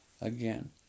again